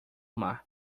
mar